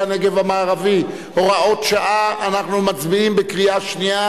הנגב המערבי (הוראת שעה) (תיקון מס' 3),